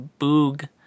Boog